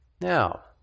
Now